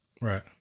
Right